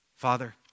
Father